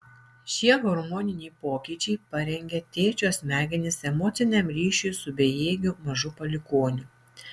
šie hormoniniai pokyčiai parengia tėčio smegenis emociniam ryšiui su bejėgiu mažu palikuoniu